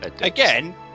again